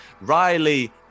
Riley